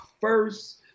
first